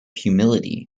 humility